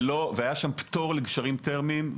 היה שם פטור לגשרים תרמיים,